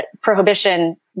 prohibition